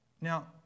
Now